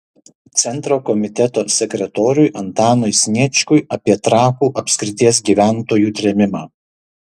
centro komiteto sekretoriui antanui sniečkui apie trakų apskrities gyventojų trėmimą